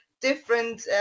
different